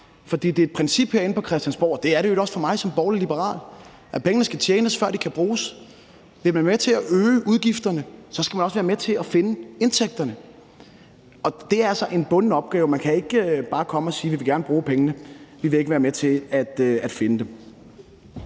det er et princip herinde på Christiansborg, og det er det i øvrigt også for mig som borgerlig-liberal, at pengene skal tjenes, før de kan bruges. Vil man være med til at øge udgifterne, skal man også være med til at finde indtægterne. Og det er altså en bunden opgave; man kan ikke bare komme og sige: Vi vil gerne bruge pengene, men vi vil ikke være med til at finde dem.